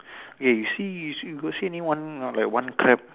okay you see see got see any one like one crab